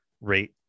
rate